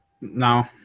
No